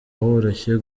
woroshye